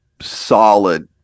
solid